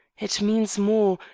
it means more,